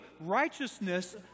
righteousness